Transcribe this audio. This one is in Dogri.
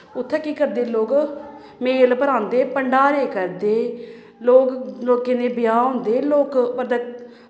उत्थें केह् करदे लोग मेल पर आंदे भंडारे करदे लोक लोकें दे ब्याह् होंदे लोक